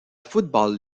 football